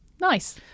Nice